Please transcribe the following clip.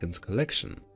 collection